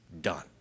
done